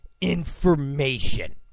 information